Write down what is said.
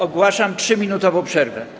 Ogłaszam 3-minutową przerwę.